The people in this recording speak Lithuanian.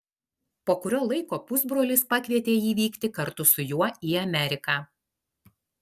po kurio laiko pusbrolis pakvietė jį vykti kartu su juo į ameriką